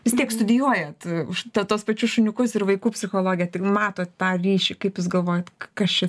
vis tiek studijuojat užtat tuos pačius šuniukus ir vaikų psichologė taigi mato tą ryšį kaip jūs galvojat kas čia